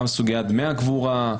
גם סוגיית דמי הקבורה,